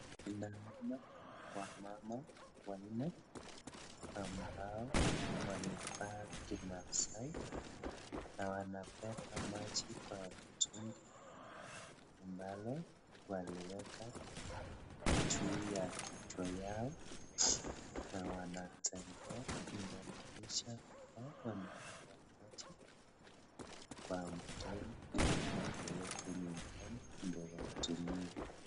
Ninaona wamama wanne ambao wamevaa kimaasai, na wanabeba maji kwa mtungi ambalo waliweka juu ya kichwa yao na wanatembea inamaanisha hao wanaendea maji kwa mtoni ili wapeleke nyumbani ndio watumie.